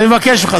אני מבקש ממך.